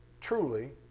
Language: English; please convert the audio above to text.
truly